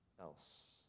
else